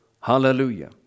Hallelujah